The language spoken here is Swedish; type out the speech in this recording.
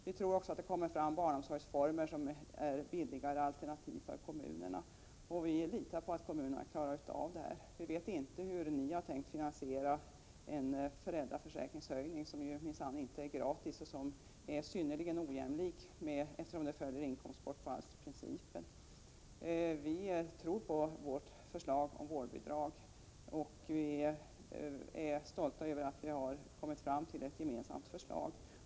Vi tror också att det kommer fram barnomsorgsformer som blir billigare alternativ för kommunerna, och vi litar på att kommunerna klarar av detta. Vi vet inte hur ni har tänkt att finansiera en höjning av föräldraförsäkringen, som minsann inte är gratis och som är synnerligen ojämlik, eftersom den följer inkomstbortfallsprincipen. Vi tror på vårt förslag om vårdnadsbidrag och är stolta över att vi har kommit fram till ett gemensamt förslag.